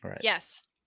Yes